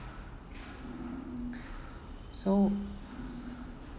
so